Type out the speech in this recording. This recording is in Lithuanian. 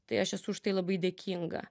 tai aš esu už tai labai dėkinga